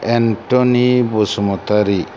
Anthony Basumatary